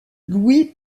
louis